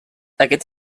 aquest